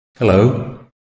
Hello